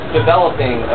developing